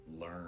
learn